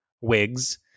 wigs